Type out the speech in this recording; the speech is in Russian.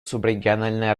субрегиональные